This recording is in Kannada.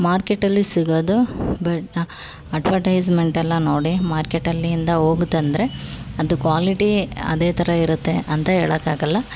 ಮಾರ್ಕೆಟಲ್ಲಿ ಸಿಗೋದು ಬಟ್ ಅಡ್ವಟೈಝ್ಮೆಂಟ್ ಎಲ್ಲ ನೋಡಿ ಮಾರ್ಕೆಟಲ್ಲಿ ಇಂದ ಹೋಗಿ ತಂದರೆ ಅದು ಕ್ವಾಲಿಟಿ ಅದೇ ಥರ ಇರುತ್ತೆ ಅಂತ ಹೇಳೋಕ್ಕಾಗಲ್ಲ